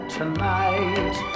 tonight